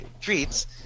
treats